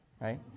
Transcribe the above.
right